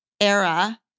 era